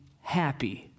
happy